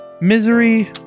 misery